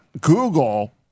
Google